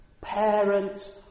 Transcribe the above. parents